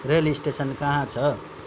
rail station कहाँ छ